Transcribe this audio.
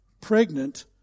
pregnant